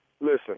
listen